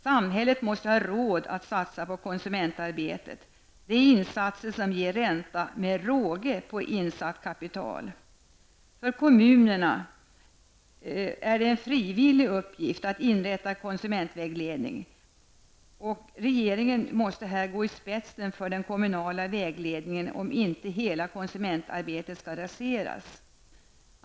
Samhället måste ha råd att satsa på konsumentarbetet -- det är insatser som ger ränta med råge på insatt kapital. För kommunerna är det en frivillig uppgift att inrätta konsumentvägledning. Regeringen måste dock gå i spetsen för den kommunala vägledningen om inte hela konsumenttarbetet skall raseras.